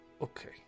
Okay